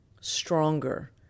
stronger